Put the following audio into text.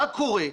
מה קורה?